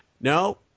No